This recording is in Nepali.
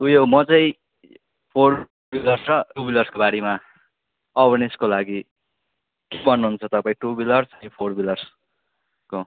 उयो म चाहिँ फोर विलर्स र टु विलर्सकोबारेमा अवेरनेसको लागि के भन्नु हुन्छ तपाईँ टु विलर्स कि फोर विलर्सको